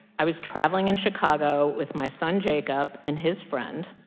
i was traveling in chicago with my son jacob and his friend.